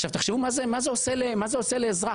תחשבו מה זה עושה לאזרח.